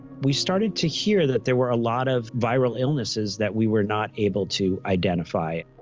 we started to hear that there were a lot of viral illnesses that we were not able to identify.